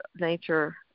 nature